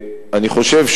אני חושב,